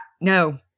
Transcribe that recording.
no